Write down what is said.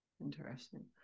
Interesting